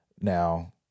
Now